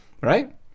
right